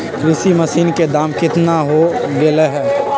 कृषि मशीन के दाम कितना हो गयले है?